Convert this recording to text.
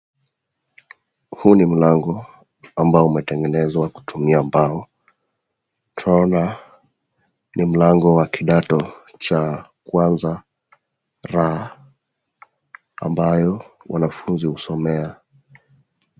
Huu ni mlango ambao umetengenezwa kutumia mbao. Tunaona ni mlango wa kidato cha kwanza la ambayo wanafunzi husomea.